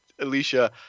Alicia